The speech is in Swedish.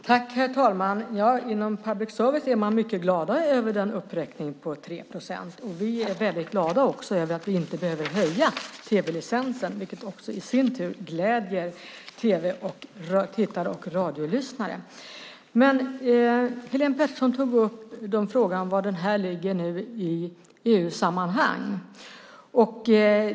Herr talman! Inom public service är man mycket glad över uppräkningen med 3 procent. Vi är också väldigt glada över att vi inte behöver höja tv-licensen, vilket i sin tur gläder tv-tittare och radiolyssnare. Helene Petersson tog upp frågan var det här nu ligger i EU-sammanhang.